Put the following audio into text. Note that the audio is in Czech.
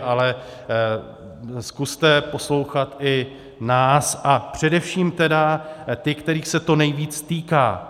Ale zkuste poslouchat i nás, a především tedy ty, kterých se to nejvíc týká.